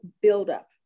buildup